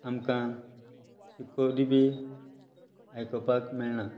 आमकां रिकोर्डी बी आयकोपाक मेळना